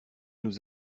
nous